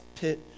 pit